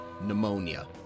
pneumonia